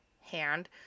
hand